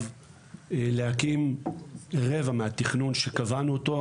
הצלחנו להקים רבע מהתכנון שאותו קבענו,